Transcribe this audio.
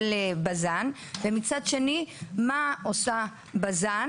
בז"ן, ומצד שני מה עושה בז"ן